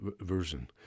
version